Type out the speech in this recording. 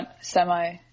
semi